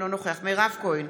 אינו נוכח מירב כהן,